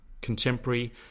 contemporary